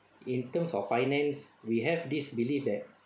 in terms of finance we have this believe that